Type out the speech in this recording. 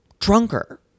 drunker